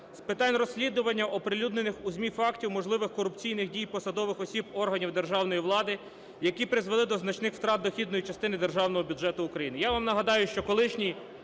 з питань розслідування оприлюднених у ЗМІ фактів можливих корупційних дій посадових осіб органів державної влади, які призвели до значних втрат дохідної частини Державного бюджету України.